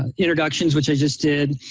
ah introductions which i just did,